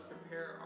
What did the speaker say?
prepare